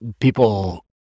People